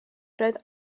roedd